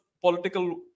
political